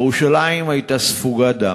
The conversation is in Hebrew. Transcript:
ירושלים הייתה ספוגה דם.